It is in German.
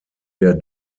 der